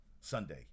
Sunday